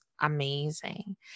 amazing